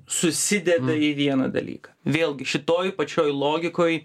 susideda į vieną dalyką vėlgi šitoj pačioj logikoj